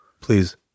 Please